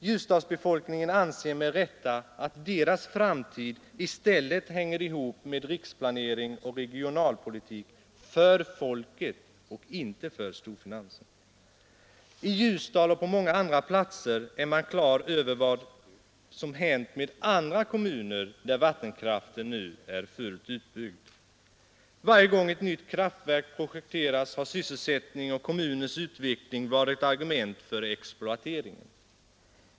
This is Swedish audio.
Ljusdalsbefolkningen anser med rätta ället hänger ihop med riksplanering och regional att deras framtid i politik för folket — inte för storfinansen I Ljusdal och på många andra platser är man på det klara med vad som hänt med andra kommuner där vattenkraften nu är fullt utbyggd. Varje gång ett nytt kraftverk projekterats har sysselsättning och kommunens utveckling varit argument för exploateringen.